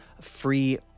free